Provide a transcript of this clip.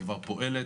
היא פועלת,